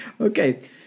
Okay